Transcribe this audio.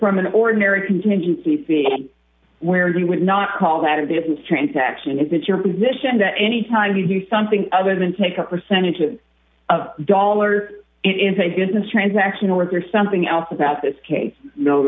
from an ordinary contingency fee where you would not call that a different transaction is it your position that any time you do something other than take a percentage of a dollar into a business transaction or is there something else about this case no